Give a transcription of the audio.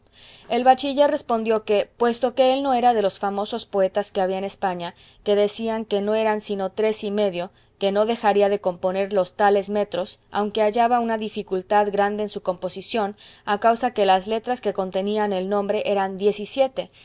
el bachiller respondió que puesto que él no era de los famosos poetas que había en españa que decían que no eran sino tres y medio que no dejaría de componer los tales metros aunque hallaba una dificultad grande en su composición a causa que las letras que contenían el nombre eran